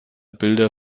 bilder